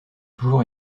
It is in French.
toujours